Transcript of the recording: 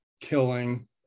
killing